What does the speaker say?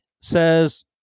says